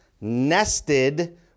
nested